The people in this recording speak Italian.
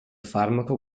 farmaco